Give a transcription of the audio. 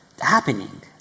happening